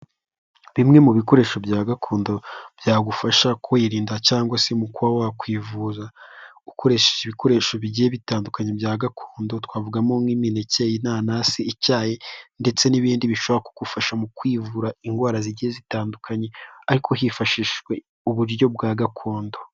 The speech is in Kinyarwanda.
Bimwe mu bikoresho bya gakondo byagufasha kwirinda cyangwa se mu kuba wakwivuza ukoresheje ibikoresho bigiye bitandukanye bya gakondo, twavugamo nk'imineke, inanasi, icyayi ndetse n'ibindi bishobora kugufasha mu kwivura indwara zigiye zitandukanye, ariko hifashishijwe uburyo bwa gakondo.